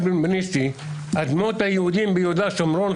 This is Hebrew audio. בנבנישתי "אדמות היהודים ביהודה שומרון,